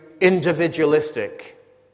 individualistic